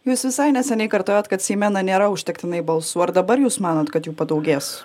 jūs visai neseniai kartojot kad seime na nėra užtektinai balsų ar dabar jūs manot kad jų padaugės